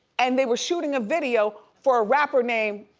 and they were shooting a video for a rapper name,